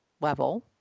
level